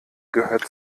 gehört